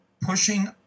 pushing